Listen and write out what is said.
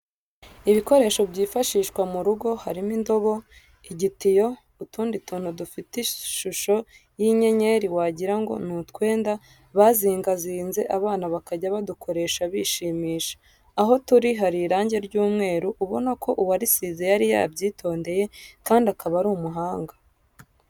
Ibikoresho byifashishwa mu rugo harimo indobo, igitiyo, utundi tuntu dufite ishusho y'inyenyeri wagira ngo ni utwenda bazingazinze abana bakajya badukoresha bishimisha. Aho turi hari irange ry'umweru ubona ko uwarisize yari yabyitondeye kandi akaba ari umuhanga.